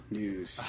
news